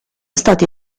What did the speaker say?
stati